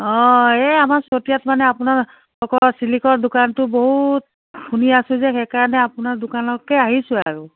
অঁ এই আমাৰ চতিয়াত মানে আপোনাৰ আকৌ চিল্কৰ দোকানটো বহুত শুনি আছোঁ যে সেইকাৰণে আপোনাৰ দোকানতে আহিছোঁ আৰু